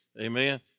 amen